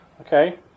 Okay